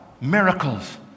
miracles